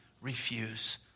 refuse